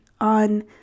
on